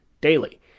daily